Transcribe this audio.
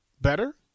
better